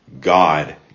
God